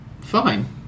fine